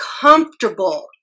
comfortable